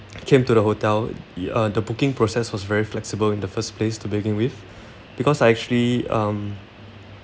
I came to the hotel uh the booking process was very flexible in the first place to begin with because I actually um